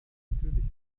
natürlich